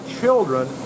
children